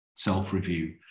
self-review